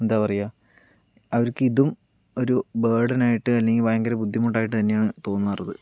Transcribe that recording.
എന്താ പറയുക അവർക്കിതും ഒരു ബർഡനായിട്ട് അല്ലെങ്കിൽ ഒരു ബുദ്ധിമുട്ടായിട്ട് തന്നെയാണ് തോന്നാറുള്ളത്